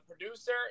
producer